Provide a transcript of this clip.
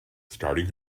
starting